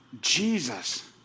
Jesus